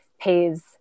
pays